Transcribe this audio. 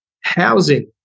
housing